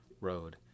road